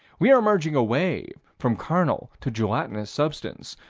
we are merging away from carnal to gelatinous substance,